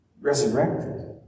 resurrected